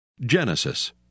Genesis